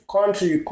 Country